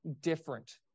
different